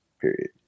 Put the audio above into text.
period